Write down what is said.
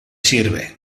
sirve